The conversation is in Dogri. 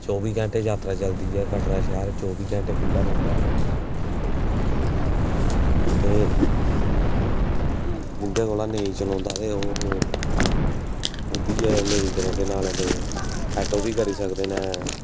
चौबी घैंटे जात्तरा चलदी रौंह्दी ऐ कटरा शैह्र चौबी घैंटे खुल्ला रौंह्दा ते जिं'दे कोला नेईं चलोंदा ते ओह् ऑटो बी करी सकदे न